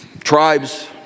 tribes